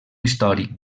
històric